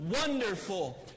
Wonderful